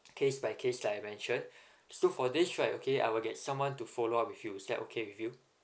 case by case that I mention so for this right okay I will get someone to follow up with you is that okay with you